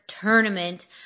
Tournament